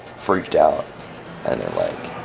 freaked out and they're like,